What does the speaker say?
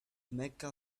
mecca